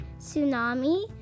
Tsunami